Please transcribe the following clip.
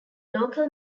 local